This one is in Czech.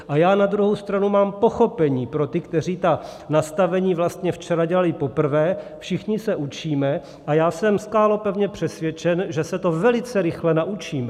A já na druhou stranu mám pochopení pro ty, kteří ta nastavení vlastně včera dělali poprvé, všichni se učíme a já jsem skálopevně přesvědčen, že se to velice rychle naučíme.